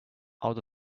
out